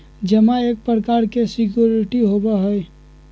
जमा एक प्रकार के सिक्योरिटी होबा हई